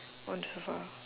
on the sofa